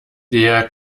der